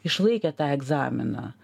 išlaikė tą egzaminą